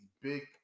big